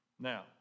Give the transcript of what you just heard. Now